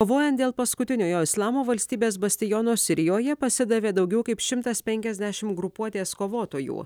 kovojant dėl paskutiniojo islamo valstybės bastiono sirijoje pasidavė daugiau kaip šimtas penkiasdešim grupuotės kovotojų